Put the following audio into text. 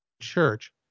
church